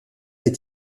est